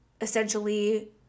essentially